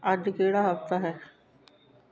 ਅੱਜ ਕਿਹੜਾ ਹਫ਼ਤਾ ਹੈ